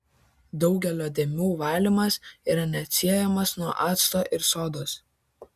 daugelio dėmių valymas yra neatsiejamas nuo acto ir sodos